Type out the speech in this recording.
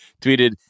tweeted